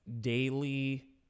daily